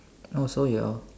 oh so you're